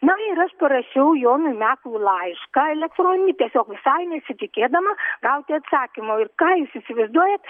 na ir aš parašiau jonui mekui laišką elektroninį tiesiog visai nesitikėdama gauti atsakymo ir ką jūs įsivaizduojat